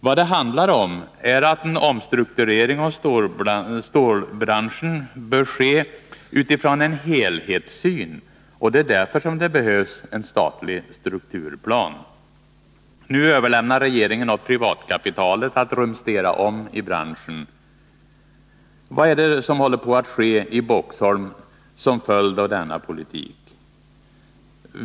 Vad det handlafom är att en omstrukturering av stålbranschen bör ske utifrån en helhetssyn, och det är därför som det behövs en statlig strukturplan. Nu överlämnar regeringen åt privatkapitalet att rumstera om i branschen. Vad är det som håller på att ske i Boxholm som följd av denna politik?